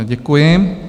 Děkuji.